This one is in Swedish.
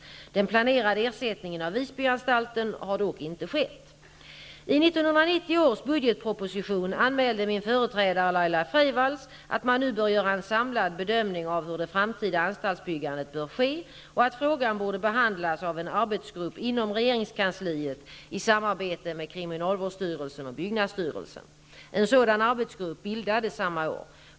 Den planerade ersättningen av Visbyanstalten har dock inte skett. I 1990 års budgetproposition anmälde min företrädare Laila Freivalds att man nu bör göra en samlad bedömning av hur det framtida anstaltsbyggandet bör ske och att frågan borde behandlas av en arbetsgrupp inom regeringskansliet i samarbete med kriminalvårdsstyrelsen och byggnadsstyrelsen. En sådan arbetsgrupp bildades samma år.